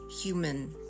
Human